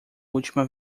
última